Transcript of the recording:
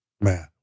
man